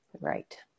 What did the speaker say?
Right